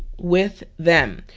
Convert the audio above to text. with them.